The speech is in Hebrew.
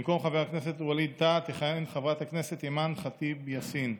במקום חבר הכנסת ווליד טאהא תכהן חברת הכנסת אימאן ח'טיב יאסין,